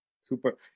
Super